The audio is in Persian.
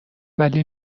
ولی